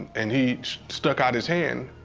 and he stuck out his hand,